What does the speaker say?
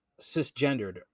cisgendered